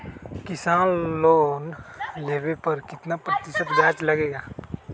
किसान लोन लेने पर कितना प्रतिशत ब्याज लगेगा?